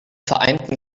vereinten